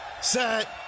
Set